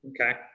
Okay